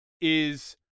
is-